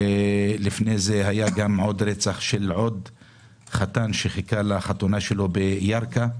ולפני זה היה רצח של עוד חתן שחיכה לחתונתו בירכא,